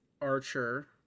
Archer